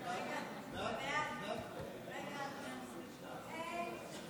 הרי תוצאות ההצבעה